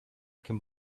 can